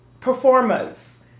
performers